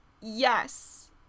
Yes